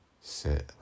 sit